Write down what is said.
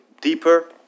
deeper